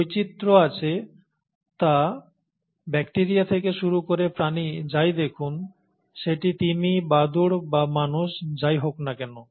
বৈচিত্র্য আছে তা ব্যাকটেরিয়া থেকে শুরু করে প্রাণী যাই দেখুন সেটি তিমি বাদুড় বা মানব যাই হোক না কেন